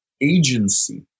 agency